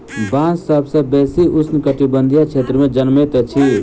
बांस सभ सॅ बेसी उष्ण कटिबंधीय क्षेत्र में जनमैत अछि